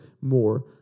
more